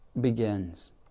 begins